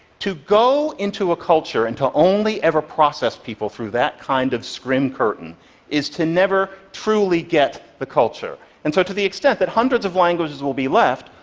to go into a culture and to only ever process people through that kind of skrim curtain is to never truly get the culture. and so to the extent that hundreds of languages will be left,